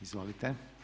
Izvolite.